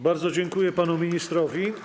Bardzo dziękuję panu ministrowi.